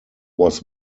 was